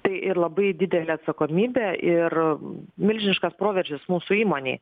tai ir labai didelė atsakomybė ir milžiniškas proveržis mūsų įmonei